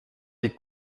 les